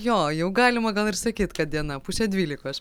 jo jau galima gal ir sakyt kad diena pusė dvylikos